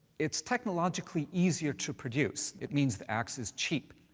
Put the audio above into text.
it's technologically easier to produce. it means the axe is cheap,